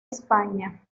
españa